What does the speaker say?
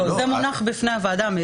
הרי זה הולך למשרד המשפטים,